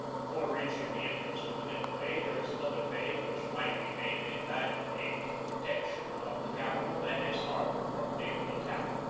before reaching the entrance to manila bay there is another bay which might be made an invaluable aid to the protection of the capital and its harbor from naval attack.